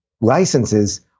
licenses